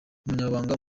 umunyamabanga